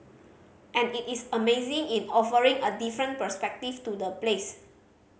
and it is amazing in offering a different perspective to the place